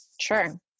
Sure